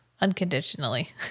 unconditionally